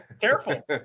Careful